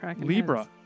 Libra